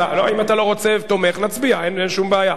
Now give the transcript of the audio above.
אם אתה לא רוצה ותומך, נצביע, אין שום בעיה.